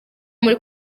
muri